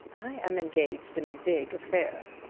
i am engaged in a big affair!